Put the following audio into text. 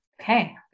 Okay